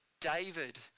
david